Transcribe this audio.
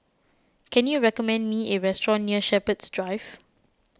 can you recommend me a restaurant near Shepherds Drive